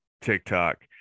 tiktok